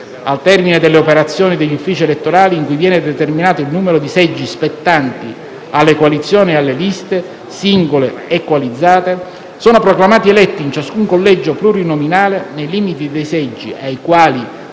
Al termine delle operazioni degli uffici elettorali, in cui viene determinato il numero di seggi spettanti alle coalizioni e alle liste, singole e coalizzate, sono proclamati eletti in ciascun collegio plurinominale, nei limiti dei seggi ai quali